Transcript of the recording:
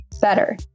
better